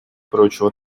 прочего